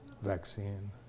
vaccine